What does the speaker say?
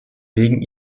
wegen